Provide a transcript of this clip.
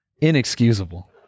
inexcusable